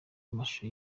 amashusho